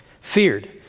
Feared